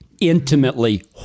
intimately